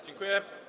Dziękuję.